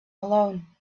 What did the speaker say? alone